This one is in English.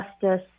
justice